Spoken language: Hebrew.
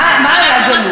מה היה גלוי?